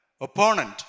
opponent